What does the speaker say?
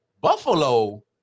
Buffalo